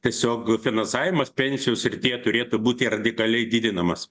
tiesiog finansavimas pensijų srityje turėtų būti radikaliai didinamas